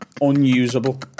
unusable